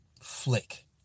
flick